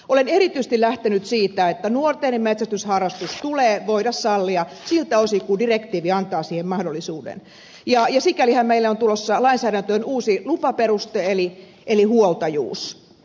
olen erityisesti lähtenyt siitä että nuorten metsästysharrastus tulee voida sallia siltä osin kun direktiivi antaa siihen mahdollisuuden ja sikälihän meille on tulossa lainsäädäntöön uusi lupaperuste eli huoltajuus